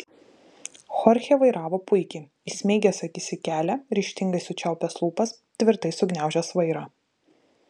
chorchė vairavo puikiai įsmeigęs akis į kelią ryžtingai sučiaupęs lūpas tvirtai sugniaužęs vairą